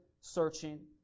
searching